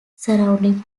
surrounding